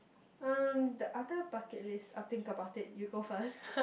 um the other bucket list I'll think about it you go first